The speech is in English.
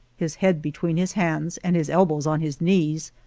his head between his hands and his elbows on his knees,